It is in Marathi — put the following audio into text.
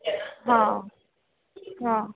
हा हा